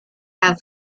have